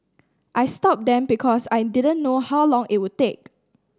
I stopped them because I didn't know how long it would take